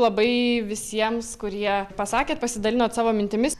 labai visiems kurie pasakėt pasidalinot savo mintimis